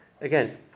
Again